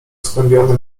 skłębiony